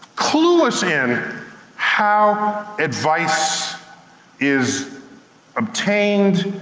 clue us in how advice is obtained,